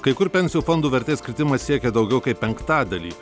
kai kur pensijų fondų vertės kritimas siekė daugiau kaip penktadalį